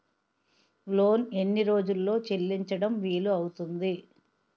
Loan ఎన్ని రోజుల్లో చెల్లించడం వీలు అవుతుంది?